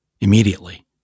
immediately